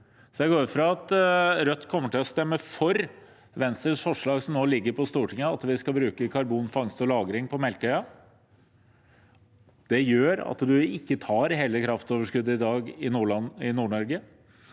Jeg går ut fra at Rødt kommer til å stemme for Venstres forslag, som nå ligger i Stortinget, om at vi skal bruke karbonfangst og -lagring på Melkøya. Det gjør at man ikke tar hele kraftoverskuddet i dag i Nord-Norge.